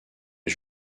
est